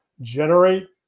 Generate